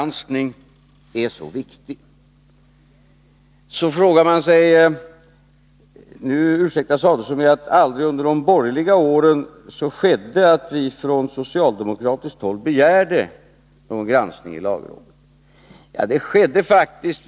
: ningen för fack Nu ursäktade sig Ulf Adelsohn med att det under de borgerliga åren aldrig föreningsavgifter hände att vi från socialdemokratiskt håll begärde någon granskning av ma j lagrådet. Jo, det skedde faktiskt.